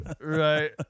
Right